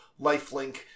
Lifelink